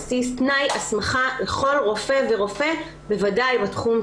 לראשונה בסוגיה של חוויות נשים בבדיקות